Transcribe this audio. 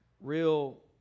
real